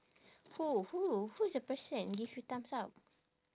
who who who is the person give you thumbs up